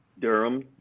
Durham